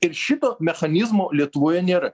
ir šito mechanizmo lietuvoje nėra